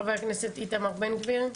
חבר הכנסת איתמר בן גביר.